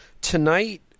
tonight